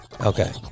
Okay